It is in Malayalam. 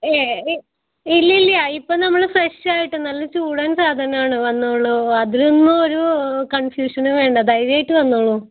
ഏയ് ഏയ് ഇല്ല ഇല്ല ഇപ്പം നമ്മൾ ഫ്രഷ് ആയിട്ട് നല്ല ചൂടൻ സാധനം ആണ് വന്നോളൂ അതിലൊന്നും ഒരു കൺഫ്യൂഷനും വേണ്ട ധൈര്യമായിട്ട് വന്നോളൂ